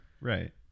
Right